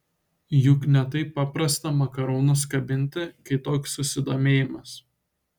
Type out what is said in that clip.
juk ne taip paprasta makaronus kabinti kai toks susidomėjimas